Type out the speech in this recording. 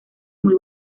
muy